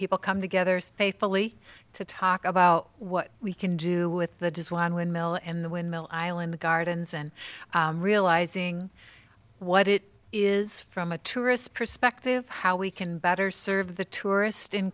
people come together spay fully to talk about what we can do with the does one windmill and the windmill island the gardens and realising what it is from a tourist perspective how we can better serve the tourist in